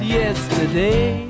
yesterday